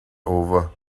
over